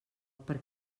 per